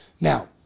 Now